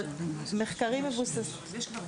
אבל מחקרים מבוססים.